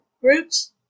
groups